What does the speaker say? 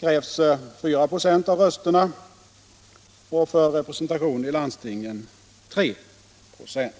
krävs 4 96 av rösterna och för representation i landstingen 3 26.